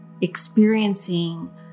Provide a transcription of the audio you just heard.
experiencing